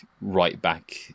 right-back